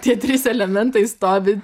tie trys elementai stovi